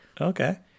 Okay